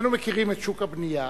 שנינו מכירים את שוק הבנייה.